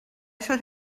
should